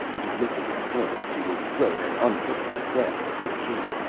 he lifted his hands to his throat and unhooked the clasp of his cape,